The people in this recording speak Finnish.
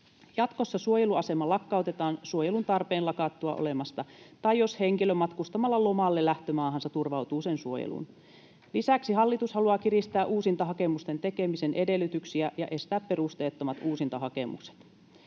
Jatkossa suojeluasema lakkautetaan suojelun tarpeen lakattua olemasta tai silloin, jos henkilö matkustamalla lomalle lähtömaahansa turvautuu sen suojeluun. Lisäksi hallitus haluaa kiristää uusintahakemusten tekemisen edellytyksiä ja estää perusteettomat uusintahakemukset.